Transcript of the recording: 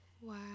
Wow